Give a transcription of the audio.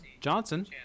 Johnson